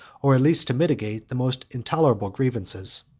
or at least to mitigate, the most intolerable grievances.